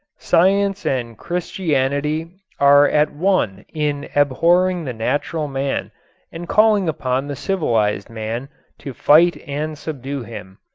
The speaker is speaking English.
science and christianity are at one in abhorring the natural man and calling upon the civilized man to fight and subdue him.